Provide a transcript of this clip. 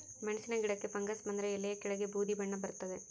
ಮೆಣಸಿನ ಗಿಡಕ್ಕೆ ಫಂಗಸ್ ಬಂದರೆ ಎಲೆಯ ಕೆಳಗೆ ಬೂದಿ ಬಣ್ಣ ಬರ್ತಾದೆ